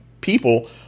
people